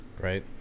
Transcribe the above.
Right